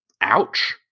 Ouch